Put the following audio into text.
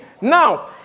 Now